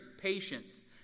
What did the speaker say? patience